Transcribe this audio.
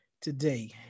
today